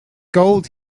gold